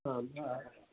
आम् वा